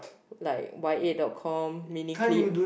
like Y_A-dot-com Miniclip